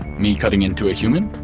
me cutting into a human,